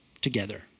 Together